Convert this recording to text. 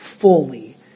fully